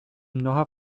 mnoha